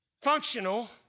functional